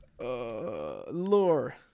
lore